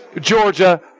Georgia